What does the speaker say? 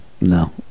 No